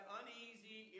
uneasy